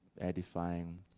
edifying